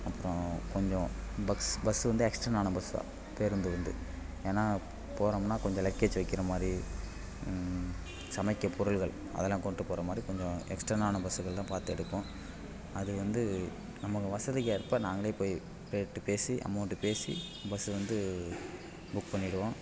அப்புறம் கொஞ்சம் பக்ஸ் பஸ் வந்து எக்ஸ்டென் ஆன பஸ் தான் பேருந்து வந்து ஏன்னால் போகிறோம்னா கொஞ்சம் லக்கேஜ் வைக்கிற மாதிரி சமைக்கப் பொருட்கள் அதெல்லாம் கொண்டுட்டு போகிற மாதிரி கொஞ்சம் எக்ஸ்டென் ஆன பஸ்ஸுகள் தான் பார்த்து எடுப்போம் அது வந்து நம்ம வசதிக்கு ஏற்ப நாங்களே போய் ரேட்டு பேசி அமௌண்ட்டு பேசி பஸ்ஸு வந்து புக் பண்ணிவிடுவோம்